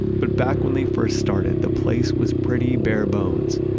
but back when they first started, the place was pretty bare bones.